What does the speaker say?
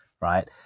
right